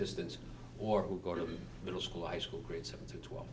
distance or who go to middle school high school grades seven through twelve